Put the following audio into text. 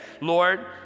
Lord